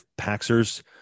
Paxers